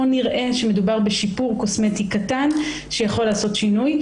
פה נראה שמדובר בשיפור קוסמטי קטן שיכול לעשות שינוי.